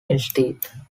instead